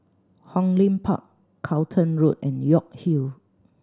Hong Lim Park Charlton Road and York Hill